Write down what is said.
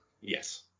Yes